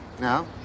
No